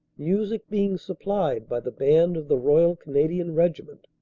music being supplied by the band of the royal canadian regiment.